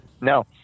No